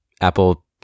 Apple